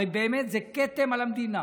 הרי באמת זה כתם על המדינה.